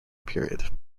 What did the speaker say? period